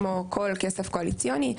כמו כל כסף קואליציוני.